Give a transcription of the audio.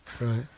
right